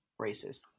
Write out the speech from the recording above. racist